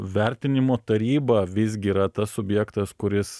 vertinimo taryba visgi yra tas subjektas kuris